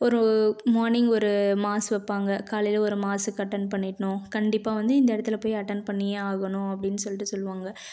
ஒரு மார்னிங் ஒரு மாஸ் வைப்பாங்க காலையில ஒரு மாஸ்க்கு அட்டென்ட் பண்ணிடணும் கண்டிப்பாக வந்து இந்த இடத்துல போய் அட்டென்ட் பண்ணியே ஆகணும் அப்படின்னு சொல்லிட்டு சொல்லுவாங்க